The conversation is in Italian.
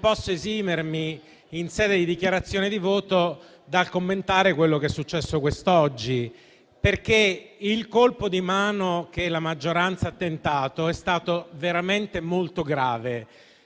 posso però esimermi, in sede di dichiarazione di voto, dal commentare quello che è successo quest'oggi, perché il colpo di mano che la maggioranza ha tentato è stato veramente molto grave